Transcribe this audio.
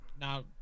Now